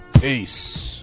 peace